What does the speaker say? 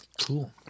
Cool